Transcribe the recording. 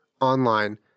online